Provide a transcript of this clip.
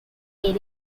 area